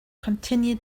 continue